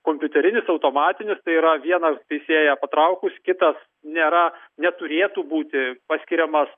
kompiuterinis automatinis tai yra vieną teisėją patraukus kitas nėra neturėtų būti paskiriamas